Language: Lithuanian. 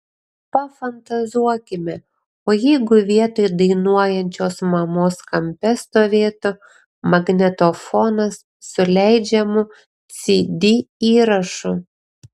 pafantazuokime o jeigu vietoj dainuojančios mamos kampe stovėtų magnetofonas su leidžiamu cd įrašu